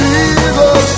Jesus